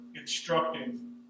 instructing